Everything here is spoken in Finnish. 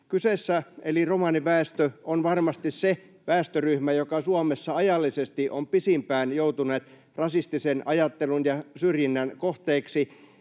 keskusteluun. Romaniväestö on varmasti se väestöryhmä, joka Suomessa ajallisesti on pisimpään joutunut rasistisen ajattelun ja syrjinnän kohteeksi.